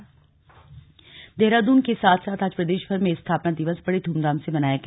स्थापना दिवस देहरादून के साथ साथ आज प्रदेशभर में स्थापना दिवस बड़े ध्रमधाम से मनाया गया